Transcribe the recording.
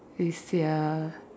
you see ah